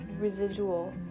residual